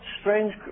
strange